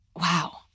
wow